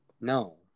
No